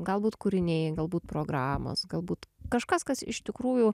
galbūt kūriniai galbūt programos galbūt kažkas kas iš tikrųjų